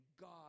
God